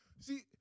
See